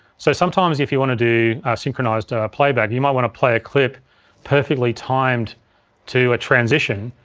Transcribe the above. so sometimes if you want to do synchronized playback, you might want to play a clip perfectly timed to a transition,